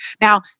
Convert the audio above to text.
Now